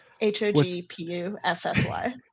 H-O-G-P-U-S-S-Y